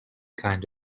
kind